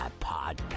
Podcast